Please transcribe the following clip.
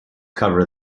cover